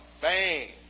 bang